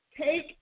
take